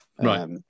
right